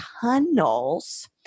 tunnels